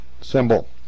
symbol